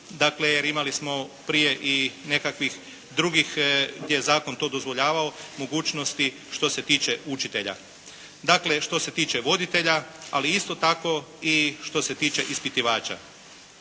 jer imali smo prije i nekakvih drugih gdje je zakon to dozvoljavao mogućnosti što se tiče učitelja. Dakle, što se tiče voditelja, ali isto tako i što se tiče ispitivača.